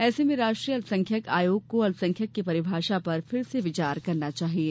ऐसे में राष्ट्रीय अल्पसंख्यक आयोग को अल्पसंख्यक की परिभाषा पर फिर से विचार करना चाहिये